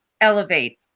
elevate